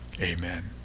amen